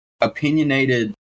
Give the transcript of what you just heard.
opinionated